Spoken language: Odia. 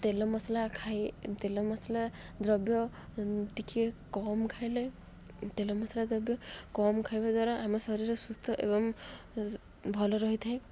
ତେଲ ମସଲା ଖାଇ ତେଲ ମସଲା ଦ୍ରବ୍ୟ ଟିକେ କମ୍ ଖାଇଲେ ତେଲ ମସଲା ଦ୍ରବ୍ୟ କମ୍ ଖାଇବା ଦ୍ୱାରା ଆମ ଶରୀର ସୁସ୍ଥ ଏବଂ ଭଲ ରହିଥାଏ